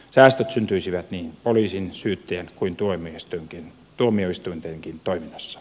säästöt syntyisivät niin poliisin syyttäjän kuin tuomioistuintenkin toiminnassa